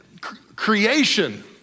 creation